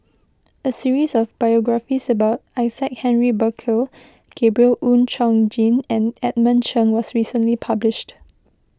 a series of biographies about Isaac Henry Burkill Gabriel Oon Chong Jin and Edmund Cheng was recently published